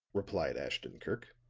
replied ashton kirk,